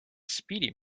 speedy